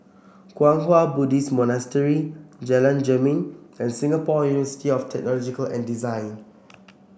Kwang Hua Buddhist Monastery Jalan Jermin and Singapore University of Technological and Design